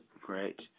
Great